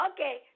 Okay